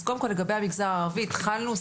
אז קודם כל לגבי המגזר הערבי, התחלנו.